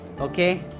Okay